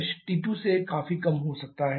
यह T2' T2 से काफी कम हो सकता है